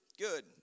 good